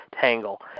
tangle